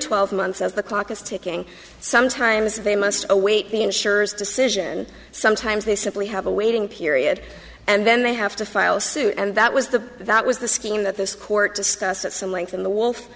twelve months as the clock is ticking sometimes they must await the insurers decision sometimes they simply have a waiting period and then they have to file suit and that was the that was the scheme that this court discussed at some length in the wolf